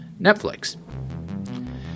Netflix